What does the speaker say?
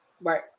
Right